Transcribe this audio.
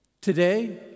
today